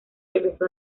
regresó